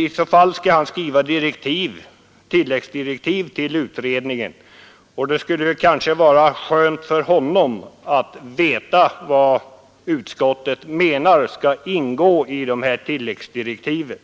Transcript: I så fall skall han skriva tilläggsdirektiv till utredningen, och det skulle då kanske vara skönt för honom att veta vad utskottet menar skall ingå i tilläggsdirektiven.